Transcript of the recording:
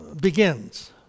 begins